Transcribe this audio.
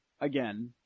again